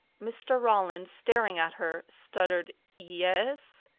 mr. ralland, staring at her, stuttered yes,